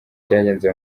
cyagenze